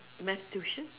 math tuition